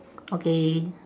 okay